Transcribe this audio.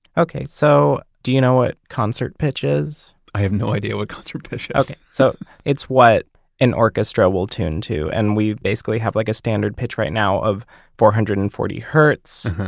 okay, so do you know what concert pitch is? i have no idea what concert pitch is yeah okay, so it's what an orchestra will tune to and we basically have like a standard pitch right now of four hundred and forty hertz.